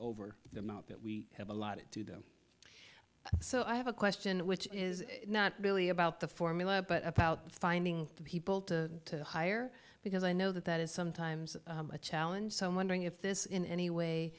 over the amount that we have allotted to them so i have a question which is not really about the formula but about finding people to hire because i know that that is sometimes a challenge so i'm wondering if this in any way